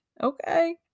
Okay